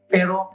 Pero